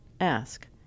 Ask